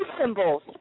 symbols